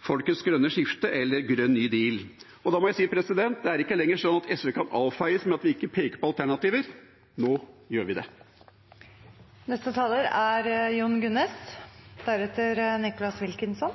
folkets grønne skifte, eller Grønn ny deal. Og da må jeg si, det er ikke lenger sånn at SV kan avfeies med at vi ikke peker på alternativer. Nå gjør vi det. Budsjettet er